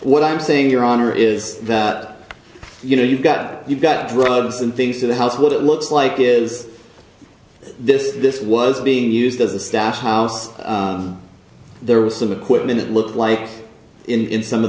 what i'm saying your honor is that you know you've got you've got drugs and things to the house what it looks like is this this was being used as a stash house there was some equipment it looked like in some of